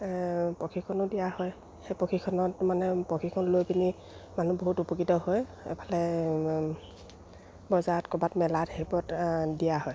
প্ৰশিক্ষণো দিয়া হয় সেই প্ৰশিক্ষণত মানে প্ৰশিক্ষণ লৈ পিনি মানুহ বহুত উপকৃত হয় এফালে বজাৰত ক'বাত মেলাত সেইবোৰত দিয়া হয়